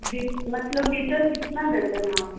दिन मतलब लीटर कितना देते हैं आप